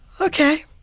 Okay